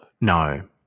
No